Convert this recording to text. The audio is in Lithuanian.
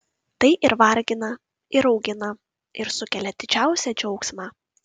tai ir vargina ir augina ir sukelia didžiausią džiaugsmą